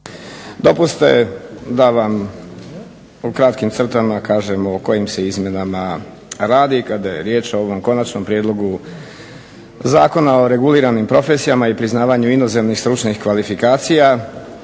Dopustite da vam u kratkim crtama kažem o kojim se izmjenama radi kada je riječ o ovom Konačnom prijedlogu zakona o reguliranim profesijama i priznavanju inozemnih stručnih kvalifikacija.